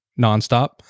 nonstop